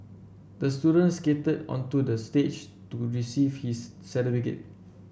the student skated onto the stage to receive his certificate